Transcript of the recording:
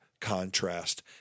Contrast